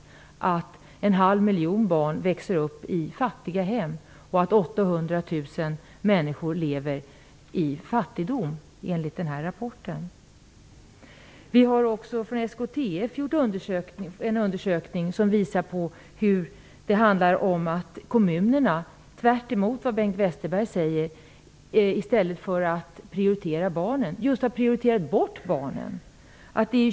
Enligt rapporten växer en halv miljon barn upp i fattiga hem och 800 000 människor lever i fattigdom. SKTF har lagt fram en undersökning som visar att kommunerna, tvärtemot vad Bengt Westerberg säger, i stället för att prioritera barnen just har prioriterat bort barnen.